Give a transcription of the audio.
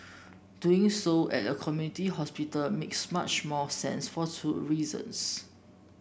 doing so at a community hospital makes much more sense for two reasons